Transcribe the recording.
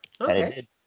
Okay